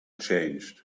changed